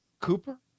Cooper